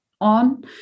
on